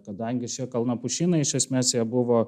kadangi šie kalnapušynai iš esmės jie buvo